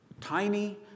Tiny